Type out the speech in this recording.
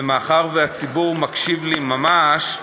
ומאחר שהציבור מקשיב לי ממש,